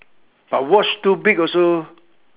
but watch too big also